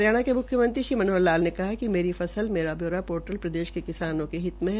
हरियाणा के मुख्यमंत्री श्री मनोहर लाल ने कहा कि मेरी फसल मेरा ब्यौरा पोर्टल प्रदेश के किसानों के हित में है